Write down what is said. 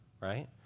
right